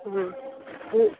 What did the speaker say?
हाँ ठीक